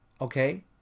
okay